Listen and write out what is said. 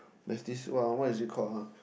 there's this what what is it called ah